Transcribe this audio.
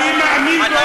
אני מאמין, ועוד איך.